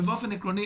אבל באופן עקרוני,